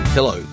Hello